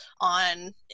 on